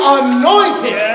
anointed